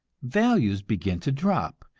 values begin to drop,